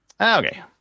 Okay